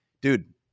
dude